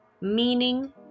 meaning